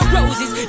Roses